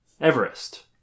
Everest